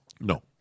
No